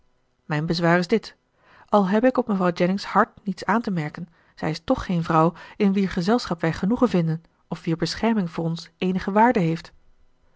mijn bezwaar is dit al heb ik op mevrouw jennings hart niets aan te merken zij is toch geen vrouw in wier gezelschap wij genoegen vinden of wier bescherming voor ons eenige waarde heeft